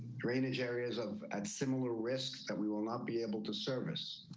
drainage areas of at similar risk that we will not be able to service